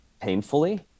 painfully